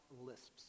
lisps